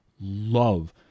love